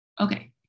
okay